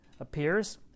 appears